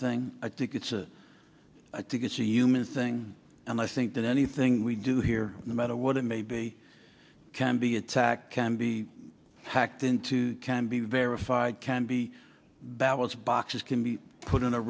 thing i think it's a i think it's a human thing and i think that anything we do here no matter what it may be can be attacked can be hacked into can be verified can be ballots boxes can be put in